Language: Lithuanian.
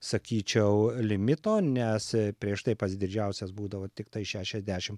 sakyčiau limito nes prieš tai pats didžiausias būdavo tiktai šešiasdešimt